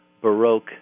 Baroque